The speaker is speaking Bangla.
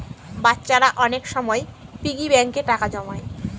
বাচ্চারা অনেক সময় পিগি ব্যাঙ্কে টাকা জমায়